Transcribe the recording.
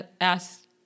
asked